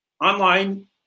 online